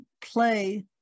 play